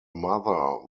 mother